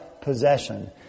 possession